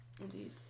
indeed